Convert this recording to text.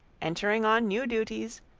entering on new duties,